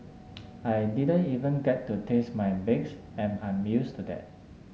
I didn't even get to taste my bakes and I'm used to that